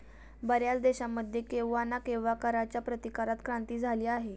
बर्याच देशांमध्ये केव्हा ना केव्हा कराच्या प्रतिकारात क्रांती झाली आहे